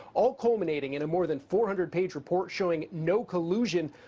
all culminating in a more than four hundred page report showing no collusion,